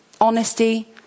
honesty